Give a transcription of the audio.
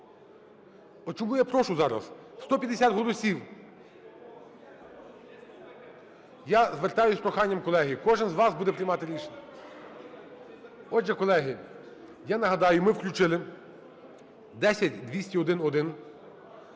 от чому я прошу зараз 150 голосів. Я звертаюсь з проханням, колеги. Кожен з вас буде приймати рішення. Отже, колеги, я нагадаю, ми включили 10201-1,